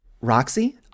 Roxy